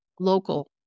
Local